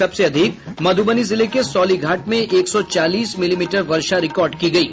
सबसे अधिक मध्रबनी जिले के सौलीघाट में एक सौ चालीस मिलीमीटर वर्षा रिकॉर्ड की गयी